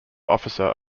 officer